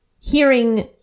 hearing